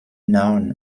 known